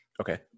Okay